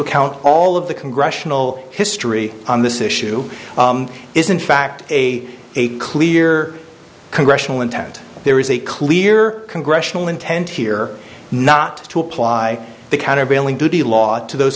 account all of the congressional history on this issue is in fact a a clear congressional intent there is a clear congressional intent here not to apply the countervailing duty law to those